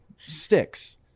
sticks